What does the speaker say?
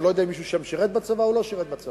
אני לא יודע אם מישהו שם שירת בצבא או לא שירת בצבא,